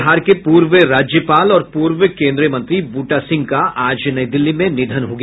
बिहार के पूर्व राज्यपाल और पूर्व केन्द्रीय मंत्री बूटा सिंह का आज नई दिल्ली में निधन हो गया